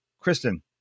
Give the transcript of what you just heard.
Kristen